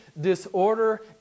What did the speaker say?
disorder